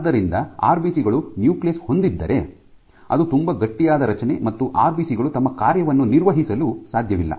ಆದ್ದರಿಂದ ಆರ್ಬಿಸಿ ಗಳು ನ್ಯೂಕ್ಲಿಯಸ್ ಹೊಂದಿದ್ದರೆ ಅದು ತುಂಬಾ ಗಟ್ಟಿಯಾದ ರಚನೆ ಮತ್ತು ಆರ್ಬಿಸಿ ಗಳು ತಮ್ಮ ಕಾರ್ಯವನ್ನು ನಿರ್ವಹಿಸಲು ಸಾಧ್ಯವಿಲ್ಲ